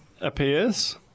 appears